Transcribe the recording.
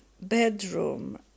bedroom